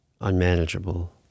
unmanageable